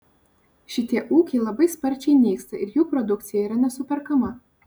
šitie ūkiai labai sparčiai nyksta ir jų produkcija yra nesuperkama